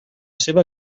seva